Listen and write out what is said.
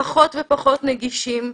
פחות ופחות נגישים,